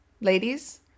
ladies